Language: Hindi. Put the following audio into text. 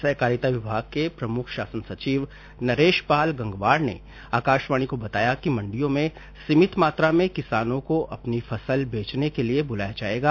सहकारिता विभाग के प्रमुख शासन सचिव नरेश पाल गंगवार ने आकाशवाणी को बताया कि मंडियों में सीमित मात्रा में किसानों को अपनी फसल बेचने के लिए बुलाया जायेगा